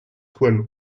twin